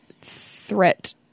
Threat